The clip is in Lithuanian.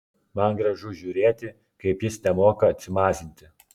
man gražu žiūrėti kaip jis nemoka atsimazinti